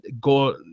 go